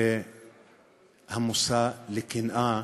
והמושא לקנאה